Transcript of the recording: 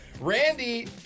Randy